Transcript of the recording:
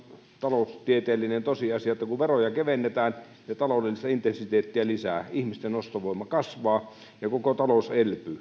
taloustieteellinen tosiasia että kun veroja kevennetään ja taloudellista intensiteettiä lisää ihmisten ostovoima kasvaa ja koko talous elpyy